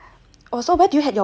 oh so where do you had your wedding